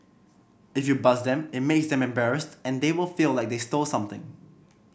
if you buzz them it makes them embarrassed and they will feel like they stole something